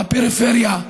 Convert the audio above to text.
בפריפריה,